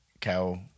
cow